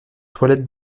toilette